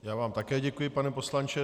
Já vám také děkuji, pane poslanče.